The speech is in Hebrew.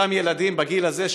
אותם ילדים בגיל הזה,